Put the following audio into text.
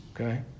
Okay